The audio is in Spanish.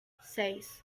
seis